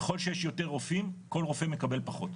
ככל שיש יותר רופאים כל רופא מקבל פחות,